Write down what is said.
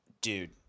dude